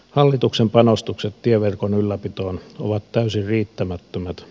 hallituksen panostukset tieverkon ylläpitoon ovat täysin riittämättömät